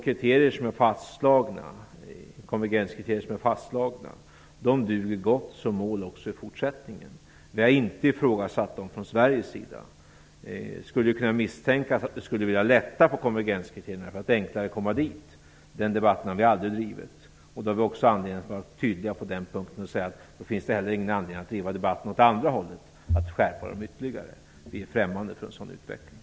De konvergenskriterier som är fastslagna duger gott som mål också i fortsättningen. Vi har inte ifrågasatt dem från Sveriges sida. Det skulle kunna misstänkas att vi skulle vilja lätta på konvergenskriterierna för att enklare komma dit. Den debatten har vi aldrig drivit. Vi har också anledning att vara tydliga på den punkten och säga att det heller inte finns någon anledning att driva debatten åt andra hållet, att skärpa dem ytterligare. Vi är främmande för en sådan utveckling.